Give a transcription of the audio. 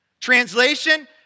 Translation